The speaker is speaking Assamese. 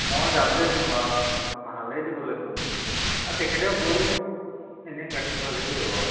মই গাবলৈ দিম বাৰু ঠিক ভালেই দিবলৈ ক'ম আৰু তেখেতেও গৰু এনেই গাখীৰ ভালেই দিয়ে বাৰু